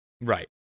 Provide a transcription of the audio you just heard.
Right